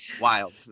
wild